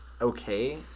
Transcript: okay